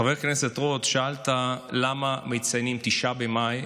חבר הכנסת רוט, שאלת למה מציינים ב-9 במאי,